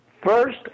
first